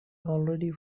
already